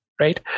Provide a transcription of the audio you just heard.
right